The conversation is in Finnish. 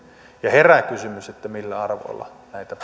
herää kysymys millä arvoilla näitä